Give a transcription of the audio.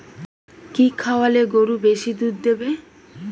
কি খাওয়ালে গরু বেশি দুধ দেবে?